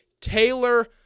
Taylor